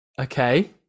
Okay